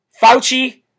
Fauci